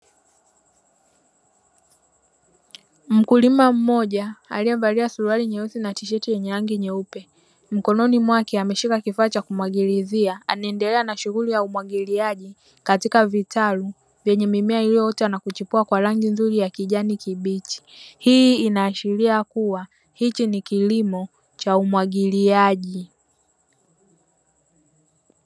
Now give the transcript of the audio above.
Mkulima mmoja aliyevalia suruali nyeusi na tisheti yenye rangi nyeupe, mkononi mwake ameshika kifaa cha kumwagiliazia anaendelea na shuguli ya umwagiliaji katika vitalu vyenye mimea iliyoota na kuchipua kwa rangi nzuri ya kijani kibichi. Hii ina ashiria kuwa hichi ni kilimo cha umwagiliaji.